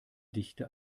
dichte